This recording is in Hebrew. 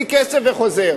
ההצעה לא עברה.